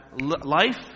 life